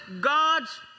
God's